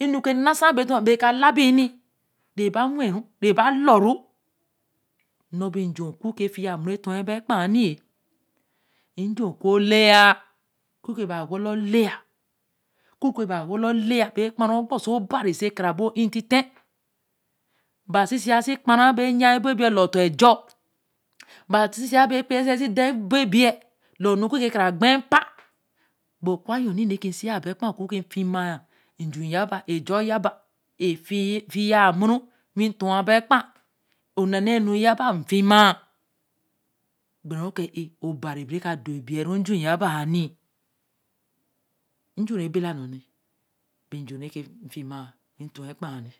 e-nu ke nasa benu re ka labi yenī re ba wen ru re ba lorru. nn̄o bi j̄u okur ke fiya moru wel ni ej̄u ku leya o ku re na wala o leya. okur ke na wala o leya be kpa ra okpo si obari. oso ka ra bāā o inn̄ tīte. na sī si ya bere re e-bo ebei lor oton ej̄or ba si-si ya bāā daā e-bo ebeī lor ku ke ka kpe pa. be kur yo ni re si ya be kbe oku ki fima nj̄u yeba. ej̄o ye ba. efiya moru wi tor we-l be kbe o na na nu ye ba nfima. gbere ru ko e ā obari be ka do ebeī re j̄u ya bai ni nj̄u re bala no aī. biī nju re fima be tor we-l kpe ni